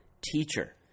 teacher